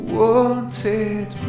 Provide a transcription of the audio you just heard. wanted